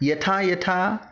यथा यथा